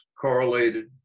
correlated